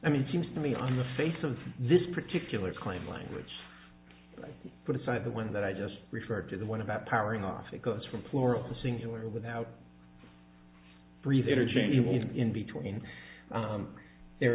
i mean it seems to me on the face of this particular claim language put aside the one that i just referred to the one about pairing off it goes from florida singular without breezy interchange in between there